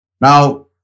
Now